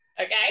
okay